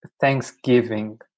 Thanksgiving